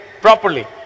properly